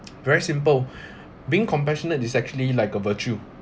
very simple being compassionate is actually like a virtue